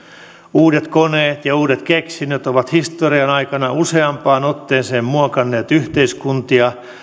uudet koneet ja uudet keksinnöt ovat historian aikana useampaan otteeseen muokanneet yhteiskuntia